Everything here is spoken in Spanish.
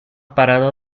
parado